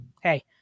hey